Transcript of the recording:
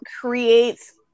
creates